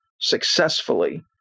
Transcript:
successfully